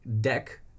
deck